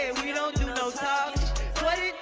and we don't do no talkin' boy,